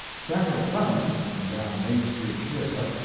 samuel clemens, going down main street, keokuk,